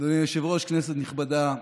אדוני היושב-ראש, כנסת נכבדה,